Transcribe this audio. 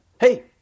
hey